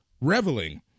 reveling